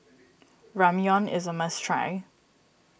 Ramyeon is a must try